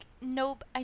nope